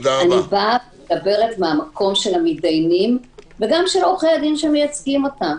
אני מדברת מהמקום של המתדיינים וגם מהמקום של עורכי-הדין שמייצגים אותם.